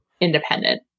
independent